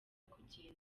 kugenda